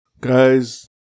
Guys